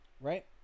right